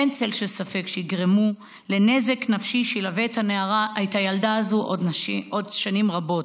אין צל של ספק שיגרמו לנזק נפשי שילווה את הילדה הזאת עוד שנים רבות.